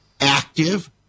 active